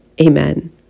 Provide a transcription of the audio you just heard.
Amen